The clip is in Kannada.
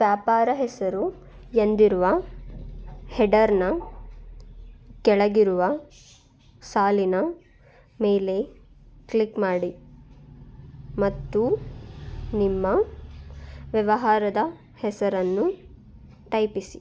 ವ್ಯಾಪಾರ ಹೆಸರು ಎಂದಿರುವ ಹೆಡ್ಡರ್ನ ಕೆಳಗಿರುವ ಸಾಲಿನ ಮೇಲೆ ಕ್ಲಿಕ್ ಮಾಡಿ ಮತ್ತು ನಿಮ್ಮ ವ್ಯವಹಾರದ ಹೆಸರನ್ನು ಟೈಪಿಸಿ